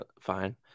fine